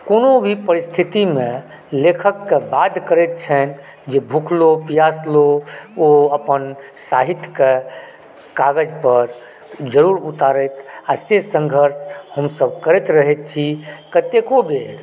कोनो भी परिस्थितिमे लेखककेॅं बाध्य करैत छथि जे भूखलो प्यासलो ओ अपन साहित्यक काग़ज़ पर ज़रूर उतारैत आ से संघर्ष हमसभ करैत रहै छी कतेओके बेर